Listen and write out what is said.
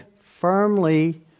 firmly